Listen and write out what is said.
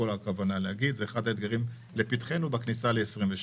זה אחר האתגרים לפתחנו בכניסה ל-2022.